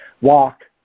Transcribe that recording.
walk